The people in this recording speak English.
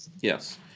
yes